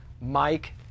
Mike